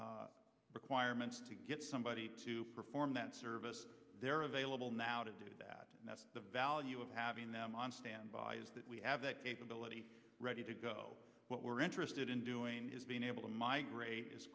requirements to get somebody to perform that service they're available now to do that and that's the value of having them on standby is that we have that capability ready to go what we're interested in doing is being able to migrate as